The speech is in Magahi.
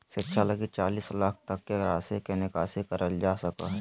शिक्षा लगी चालीस लाख तक के राशि के निकासी करल जा सको हइ